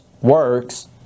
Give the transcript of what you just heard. works